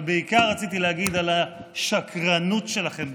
אבל בעיקר רציתי להגיד על השקרנות שלכם.